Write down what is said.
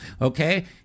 Okay